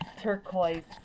turquoise